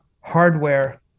hardware